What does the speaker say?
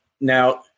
Now